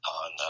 on